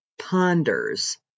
ponders